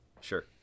Sure